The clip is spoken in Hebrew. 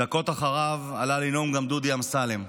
ודקות אחריו עלה לנאום גם דודי אמסלם.